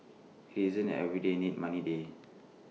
IT is an everyday need money day